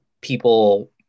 people